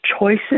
choices